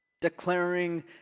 declaring